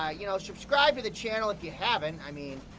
ah you know, subscribe to the channel if you haven't. i mean,